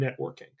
networking